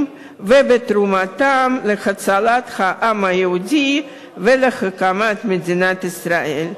ובתרומתם להצלת העם היהודי ולהקמת מדינת ישראל.